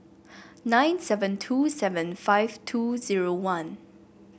nine seven two seven five two zero one